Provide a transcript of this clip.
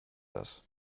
das